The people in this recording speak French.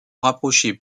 rapprocher